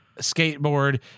skateboard